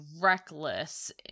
reckless